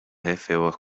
efebos